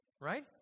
right